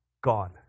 gone